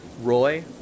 Roy